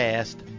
Past